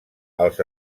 els